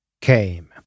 came